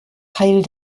teil